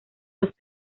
los